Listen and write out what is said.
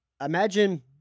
imagine